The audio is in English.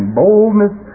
boldness